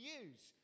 use